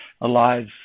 alive